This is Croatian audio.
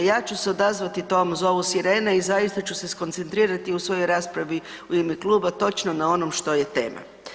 Ja ću se odazvati tom zovu sirene i zaista ću se skoncentrirati u svojoj raspravi u ime kluba točno na onom što je tema.